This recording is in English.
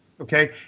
Okay